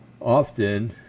Often